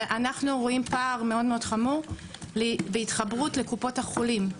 ואנחנו רואים פער מאוד חמור בהתחברות לקופות החולים,